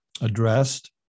addressed